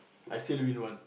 I still win one